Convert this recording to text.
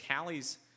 Callie's